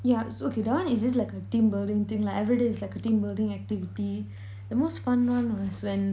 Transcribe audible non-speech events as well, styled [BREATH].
yeah okay so that one is just like a team building thing lah everyday is like a team building activity [BREATH] the most fun one was when